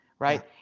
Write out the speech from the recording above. Right